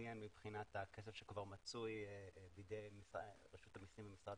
ציין מבחינת הכסף שכבר מצוי בידי רשות המסים ומשרד